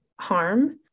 harm